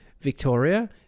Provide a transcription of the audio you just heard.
Victoria